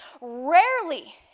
rarely